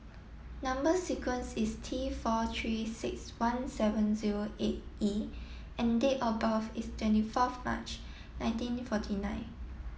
number sequence is T four three six one seven zero eight E and date of birth is twenty fourth March nineteen forty nine